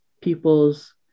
people's